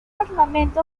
armamento